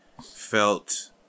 felt